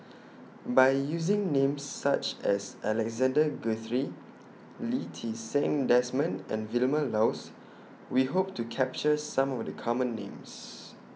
By using Names such as Alexander Guthrie Lee Ti Seng Desmond and Vilma Laus We Hope to capture Some of The Common Names